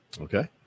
Okay